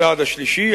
הצעד השלישי,